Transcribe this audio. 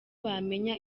bamenya